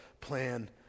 plan